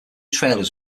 trailers